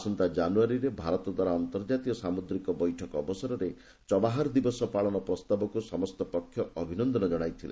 ଆସନ୍ତା ଜାନୁୟାରୀରେ ଭାରତ ଦ୍ୱାରା ଆନ୍ତର୍ଜାତୀୟ ସାମୁଦ୍ରିକ ବୈଠକ ଅବସରରେ ଚବାହାର ଦିବସ ପାଳନ ପ୍ରସ୍ତାବକୁ ସମସ୍ତ ପକ୍ଷ ଅଭିନନ୍ଦନ ଜଣାଇଥିଲେ